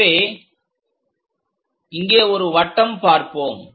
எனவே இங்கே ஒரு வட்டம் பார்ப்போம்